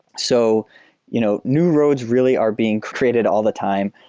so you know new roads really are being created all the time.